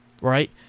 right